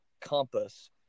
compass